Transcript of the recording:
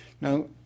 Now